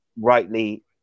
rightly